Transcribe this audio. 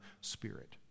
Spirit